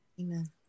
Amen